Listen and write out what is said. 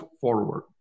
forward